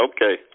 Okay